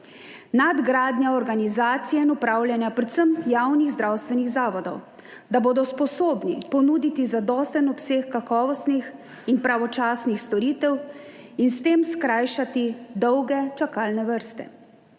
nadgradnja organizacije in upravljanja predvsem javnih zdravstvenih zavodov, da bodo sposobni ponuditi zadosten obseg kakovostnih in pravočasnih storitev in s tem skrajšati dolge čakalne vrste.